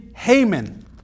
Haman